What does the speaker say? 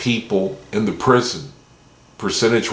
people in the prison percentage